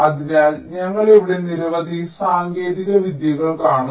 അതിനാൽ ഞങ്ങൾ ഇവിടെ നിരവധി സാങ്കേതിക വിദ്യകൾ കാണും